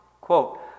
Quote